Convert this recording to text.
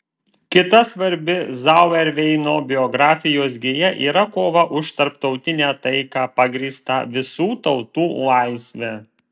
kita svarbi zauerveino biografijos gija yra kova už tarptautinę taiką pagrįstą visų tautų laisve